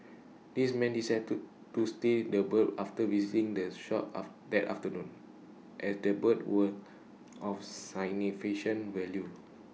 this men decided to to steal the birds after visiting the shop that afternoon as the birds were of value